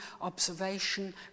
observation